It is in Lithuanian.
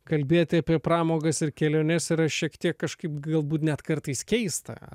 kalbėti apie pramogas ir keliones yra šiek tiek kažkaip galbūt net kartais keista